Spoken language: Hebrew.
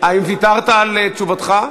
האם ויתרת על תשובתך?